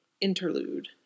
interlude